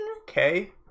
Okay